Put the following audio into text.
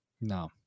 no